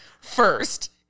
first